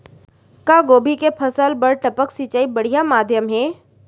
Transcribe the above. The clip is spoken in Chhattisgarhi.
का गोभी के फसल बर टपक सिंचाई बढ़िया माधयम हे?